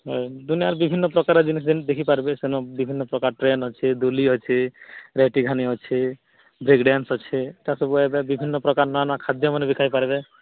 ହୁଁ ଦୁନିୟାର ବିଭିନ୍ନ ପ୍ରକାର ଜିନିଷ ଦେଖି ପାରିବେ ସେନ ବିଭିନ୍ନ ପ୍ରକାର ଟ୍ରେନ ଅଛି ଡୁଲି ଅଛି ତିଘାଣି ଅଛି ବ୍ରେକ ଡାନ୍ସ ଅଛି ତ ସବୁ ଏବେ ବିଭିନ୍ନ ପ୍ରକାରର ନୂଆ ନୂଆ ଖାଦ୍ୟମାନେ ଖାଇ ପାରିବେ